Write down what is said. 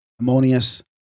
Ammonius